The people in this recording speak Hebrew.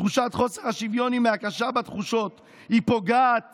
תחושת חוסר השוויון היא מהקשה בתחושות, היא פוגעת